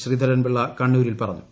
ശ്രീധരൻ പിള്ള കണ്ണൂരിൽ പറഞ്ഞു